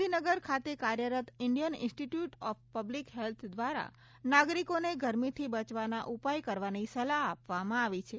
ગાંધીનગર ખાતે કાર્યરત Indian institute of public health દ્વારા નાગરિકોને ગરમીથી બચવાના ઉપાય કરવાની સલાહ આપવામાં આવી છે